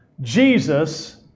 Jesus